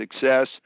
success